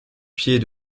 pied